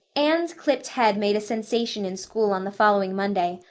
anne's clipped head made a sensation in school on the following monday,